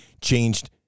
changed